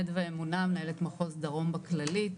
חדווה אמונה מנהלת מחוז דרום בכללית,